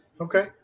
Okay